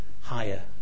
higher